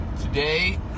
today